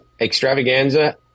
Extravaganza